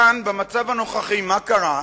כאן, במצב הנוכחי, מה קרה?